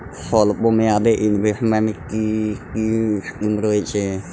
স্বল্পমেয়াদে এ ইনভেস্টমেন্ট কি কী স্কীম রয়েছে?